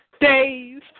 days